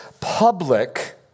public